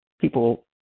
people